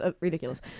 ridiculous